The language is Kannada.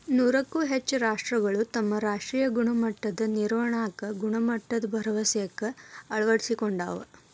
ನೂರಕ್ಕೂ ಹೆಚ್ಚ ರಾಷ್ಟ್ರಗಳು ತಮ್ಮ ರಾಷ್ಟ್ರೇಯ ಗುಣಮಟ್ಟದ ನಿರ್ವಹಣಾಕ್ಕ ಗುಣಮಟ್ಟದ ಭರವಸೆಕ್ಕ ಅಳವಡಿಸಿಕೊಂಡಾವ